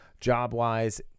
job-wise